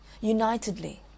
unitedly